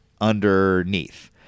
underneath